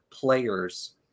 players